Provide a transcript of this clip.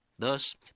Thus